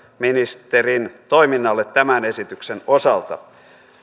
ministerin toiminnalle tämän esityksen osalta